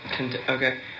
Okay